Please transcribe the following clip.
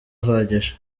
ahagije